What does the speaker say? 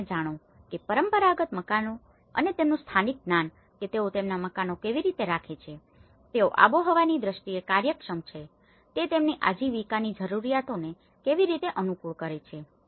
અને તમે જાણો છો કે પરંપરાગત મકાનો અને તેમનું સ્થાનીક જ્ઞાન કે તેઓ તેમના મકાનો કેવી રીતે રાખે છે તેઓ આબોહવાની દ્રષ્ટીએ કાર્યક્ષમ છે તે તેમની આજીવિકાની જરૂરિયાતોને કેવી રીતે અનુકૂળ કરે છે